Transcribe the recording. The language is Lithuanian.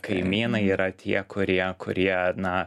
kaimynai yra tie kurie kurie na